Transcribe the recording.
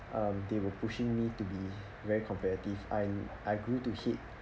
um they were pushing me to be very competitive I I grew to hate